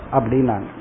Abdinan